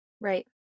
Right